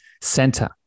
center